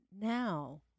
now